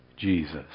Jesus